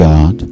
God